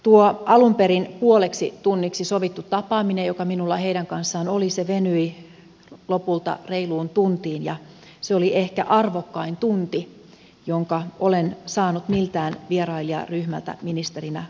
tuo alun perin puoleksi tunniksi sovittu tapaaminen joka minulla heidän kanssaan oli venyi lopulta reiluun tuntiin ja se oli ehkä arvokkain tunti jonka olen saanut miltään vierailijaryhmältä ministerinä ollessani